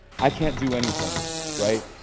i can't do anything right.